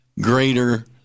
Greater